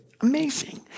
amazing